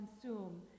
consume